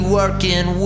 working